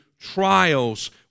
trials